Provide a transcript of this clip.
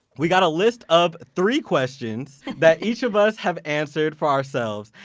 we got a list of three questions that each of us have answered for ourselves,